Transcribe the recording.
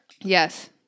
Yes